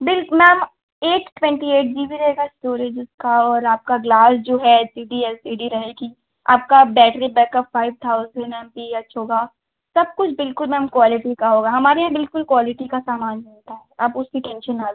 bill ma'am एक twenty eight G B रहेगा storage उसका और आपका ग्लास जो है H D L C D रहेगी आपका battery backup five thousand M P H होगा सब कुछ बिल्कुल मैम क्वालिटी का होगा हमारे यहाँ बिल्कुल क्वालिटी का सामान ही होता है आप उसकी टेंशन ना लो